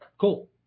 cool